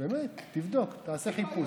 תבדוק, תעשה חיפוש.